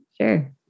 Sure